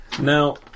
Now